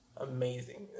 amazing